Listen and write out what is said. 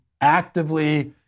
actively